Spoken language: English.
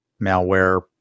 malware